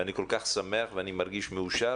ואני כל כך שמח ואני מרגיש מאושר.